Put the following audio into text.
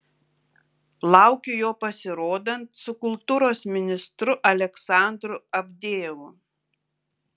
laukiu jo pasirodant su kultūros ministru aleksandru avdejevu